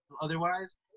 otherwise